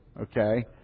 okay